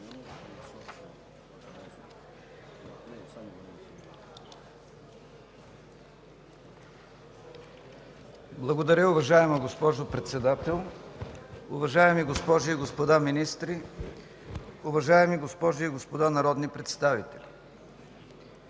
Благодаря, уважаема госпожо Председател. Уважаеми госпожи и господа министри, уважаеми госпожи и господа народни представители!